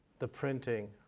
the printing,